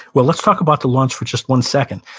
well let's talk about the launch for just one second.